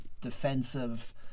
defensive